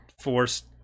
forced